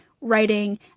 writing